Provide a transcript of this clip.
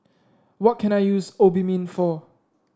what can I use Obimin for